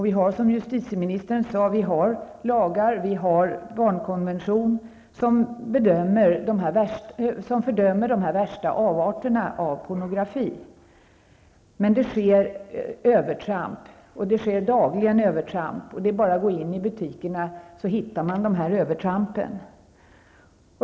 Vi har, som justitieministern sade, lagar och vi har en barnkonvention som fördömer de värsta avarterna av pornografi, men det sker övertramp, och det sker dagligen. Det kan man konstatera bara man går in i butikerna.